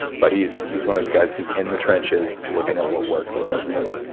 but he's he's one of those guys who's in the trenches looking at what works and what doesn't work.